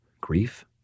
Grief